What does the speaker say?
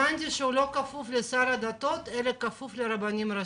הבנתי שהוא לא כפוף לשר הדתות אלא כפוף לרבנים הראשיים.